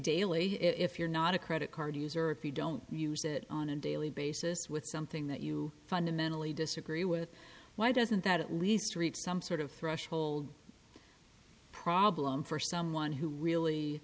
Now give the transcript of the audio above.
daily if you're not a credit card user if you don't use it on a daily basis with something that you fundamentally disagree with why doesn't that at least reach some sort of threshold problem for someone who really